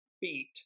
beat